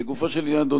לגופו של עניין,